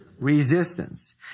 resistance